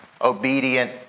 obedient